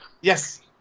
Yes